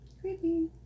Creepy